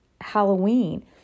Halloween